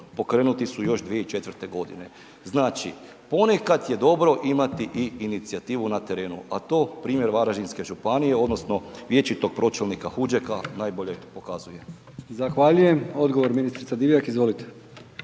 pokrenuti su još 2004. g., znači ponekad je dobro imati i inicijativu na terenu, a to primjer Varaždinske županije, odnosno vječitog pročelnika Huđeka najbolje pokazuje. **Brkić, Milijan (HDZ)** Zahvaljujem. Odgovor, ministrica Divjak, izvolite.